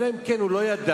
אלא אם כן הוא לא ידע